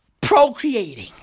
procreating